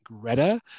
Greta